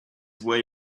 way